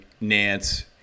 Nance –